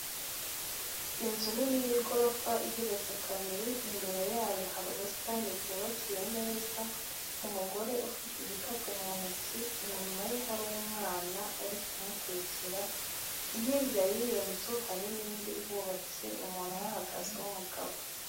Inzu nini y'igorofa igeretse kabiri, imbere yayo hari ubusitani bwubakiye neza, umugore ufite igikapu mu ntoki inyuma ye hari umwana uri kumukurikira, hirya y'iyo nzu hari n'indi ihubatse umuntu uhahagaze w'umugabo.